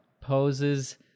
poses